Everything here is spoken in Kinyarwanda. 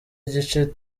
igice